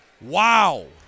Wow